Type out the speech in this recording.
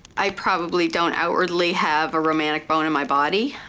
i probably don't outwardly have a romantic bone in my body,